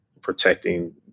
protecting